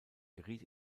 geriet